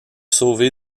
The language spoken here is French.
sauvé